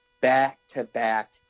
back-to-back